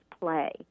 play